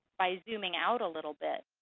by zooming out a little bit,